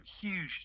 huge